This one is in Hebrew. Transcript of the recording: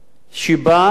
כדי להצדיק?